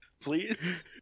please